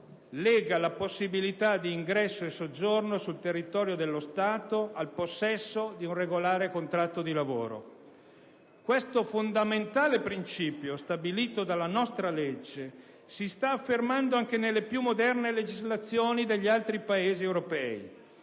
lega la possibilità di ingresso e soggiorno sul territorio dello Stato al possesso di un regolare contratto di lavoro. Questo fondamentale principio stabilito dalla nostra legge si sta affermando anche nelle più moderne legislazioni degli altri Paesi europei.